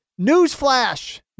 Newsflash